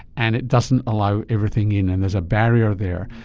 and it doesn't allow everything in, and there's a barrier there.